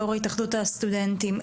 יו"ר התאחדות הסטודנטים,